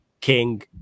King